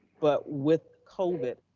but with covid,